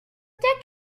deck